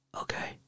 Okay